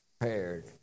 prepared